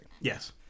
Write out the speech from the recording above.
Yes